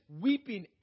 weeping